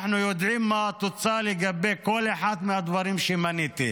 אנחנו יודעים מה התוצאה לגבי כל אחד מהדברים שמניתי.